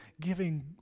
giving